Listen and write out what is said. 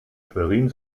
schwerin